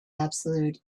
absolute